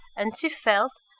and she felt,